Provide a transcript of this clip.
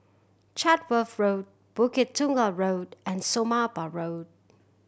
Chatsworth Road Bukit Tunggal Road and Somapah Road